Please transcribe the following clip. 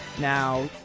Now